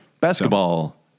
Basketball